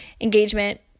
engagement